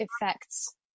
effects